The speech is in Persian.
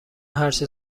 هرچه